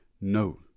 No